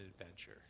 adventure